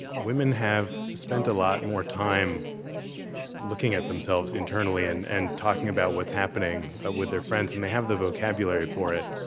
women have spent a lot more time looking at themselves internally and and talking about what's happening ah with their friends. and they have the vocabulary for it.